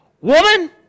woman